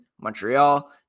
Montreal